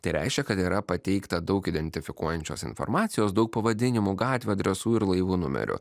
tai reiškia kad yra pateikta daug identifikuojančios informacijos daug pavadinimų gatvių adresų ir laivų numerių